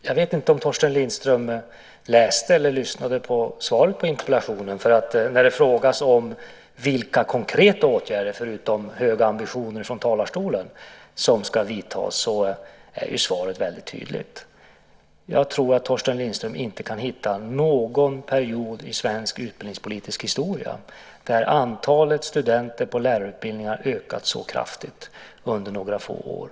Herr talman! Jag vet inte om Torsten Lindström läste eller lyssnade på svaret på interpellationen. När det frågas om vilka konkreta åtgärder förutom höga ambitioner från talarstolen som ska vidtas är svaret tydligt. Jag tror att Torsten Lindström inte kan hitta någon period i svensk utbildningspolitisk historia där antalet studenter på lärarutbildningar ökat så kraftigt under några få år.